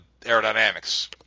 aerodynamics